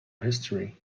history